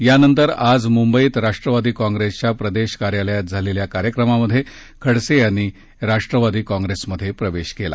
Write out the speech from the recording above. यानंतर आज मुंबईत राष्ट्रवादी काँग्रेसच्या प्रदेश कार्यालयात झालेल्या कार्यक्रमात खडसे यांनी राष्ट्रवादी काँग्रेसमधे प्रवेश केला